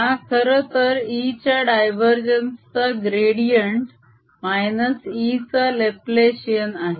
हा खरंतर E च्या डायवरजेन्स चा ग्रेडीएंट -E चा लप्लेसिअन आहे